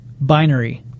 binary